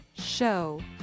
show